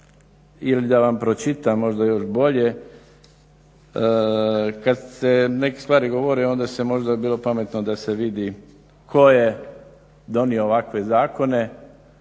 ili da vam pročitam možda još bolje. Kad se neke stvari govore onda bi možda bilo pametno da se vidi tko je donio ovakve zakone